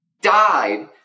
died